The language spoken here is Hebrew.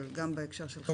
אבל גם בהקשר של חסרי ישע.